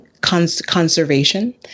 conservation